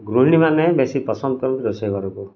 ଗୃହିଣୀମାନେ ବେଶୀ ପସନ୍ଦ କରନ୍ତି ରୋଷେଇ ଘରକୁ